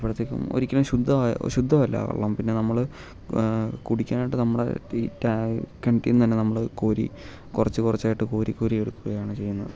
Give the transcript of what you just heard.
അപ്പോഴത്തേകും ഒരിക്കലും ശുദ്ധമാ ശുദ്ധമല്ല വെള്ളം പിന്നെ നമ്മൾ കുടിക്കാനായിട്ട് നമ്മൾ ഈ ടാ കിണറ്റിൽനിന്ന് തന്നെ നമ്മൾ കോരി കുറച്ച് കുറച്ചായിട്ട് കോരി കോരി എടുക്കുകയാണ് ചെയ്യുന്നത്